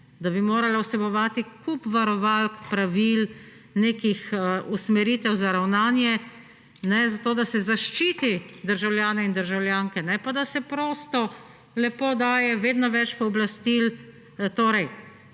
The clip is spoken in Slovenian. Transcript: da bi morala vsebovati kup varovalk, pravil, nekih usmeritev za ravnanje, zato da se zaščiti državljane in državljanke, ne pa, da se prosto lepo daje vedno več pooblastil